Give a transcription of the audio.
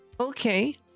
Okay